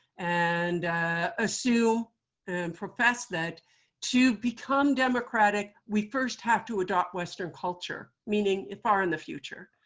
and assume and profess that to become democratic, we first have to adopt western culture, meaning far in the future.